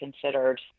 considered